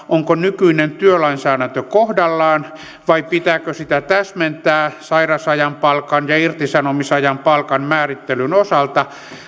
onko nykyinen työlainsäädäntö kohdallaan vai pitääkö sitä täsmentää sairausajan palkan ja ja irtisanomisajan palkan määrittelyn osalta